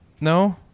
No